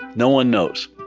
no one knows